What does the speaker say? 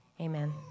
Amen